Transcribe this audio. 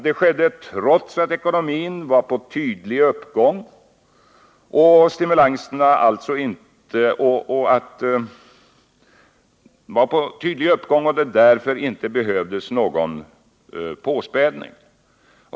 Det skedde trots att ekonomin var på tydlig uppgång och det därför inte behövdes någon påspädning.